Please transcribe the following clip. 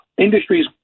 industries